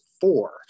four